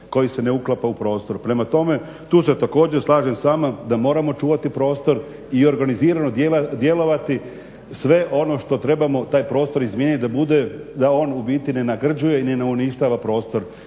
koji se ne uklapa u prostor. Prema tome, tu se također slažem s vama da moramo čuvati prostor i organizirano djelovati sve ono što trebamo taj prostor izmijeniti da bude, da on u biti ne nagrđuje i ne nauništava prostor.